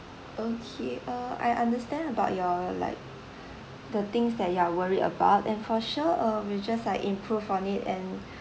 okay uh I understand about your like the things that you are worried about and for sure um we'll just like improve on it and